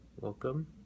welcome